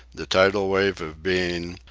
the tidal wave of being,